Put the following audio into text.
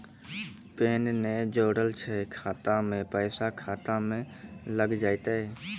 Pan ने जोड़लऽ छै खाता मे पैसा खाता मे लग जयतै?